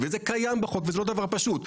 וזה קיים בחוק וזה לא דבר פשוט.